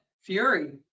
Fury